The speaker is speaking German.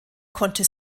konnte